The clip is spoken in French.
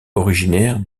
originaire